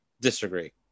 disagree